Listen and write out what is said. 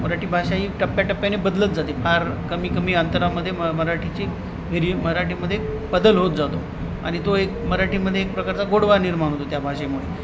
मराठी भाषा ही टप्प्या टप्प्याने बदलत जाते फार कमी कमी अंतरामध्ये म मराठीची व्हेरी मराठीमध्ये बदल होत जातो आणि तो एक मराठीमध्ये एक प्रकारचा गोडवा निर्माण होतो त्या भाषेमुळे